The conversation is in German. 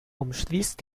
umschließt